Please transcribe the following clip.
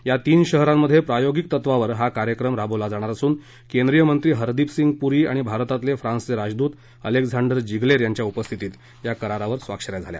या तीन शहरात प्रायोगिक तत्वावर हा कार्यक्रम राबवला जाणार असून केंद्रीय मंत्री हरदीप सिंग पूरी आणि भारतातले फ्रान्सचे राजदूत एलेक्झांडर जिग्लेर यांच्या उपस्थित या करारावर स्वाक्षं या झाल्या